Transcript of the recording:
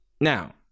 Now